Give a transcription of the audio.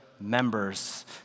members